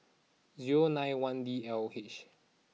zero nine one D L H